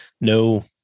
no